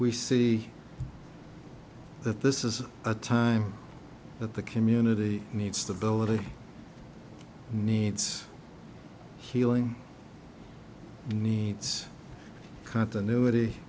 we see that this is a time that the community needs the bill it needs healing needs continuity